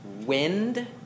wind